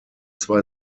zwei